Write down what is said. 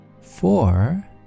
four